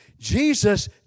Jesus